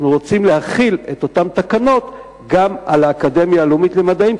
אנחנו רוצים להחיל את אותן תקנות גם על האקדמיה הלאומית למדעים,